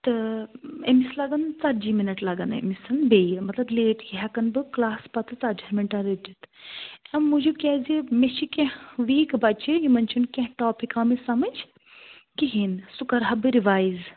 تہٕ أمِس لَگَن ژَتجی مِنَٹ لَگَن أمِس بیٚیہِ مَطلَب لیٹ یہِ ہیٚکَن بہٕ کٕلاس پَتہٕ ژَتجی ہَن مِنٹَن رٔٹِتھ اَمہِ موٗجوٗب کیٛازِ مےٚ چھِ کیٚنٛہہ ویٖک بَچہِ یِمَن چھِنہٕ کیٚنٛہہ ٹاپِک آمٕتۍ سمجھ کِہیٖنٛۍ نہٕ سُہ کَرٕہا بہٕ رِوایز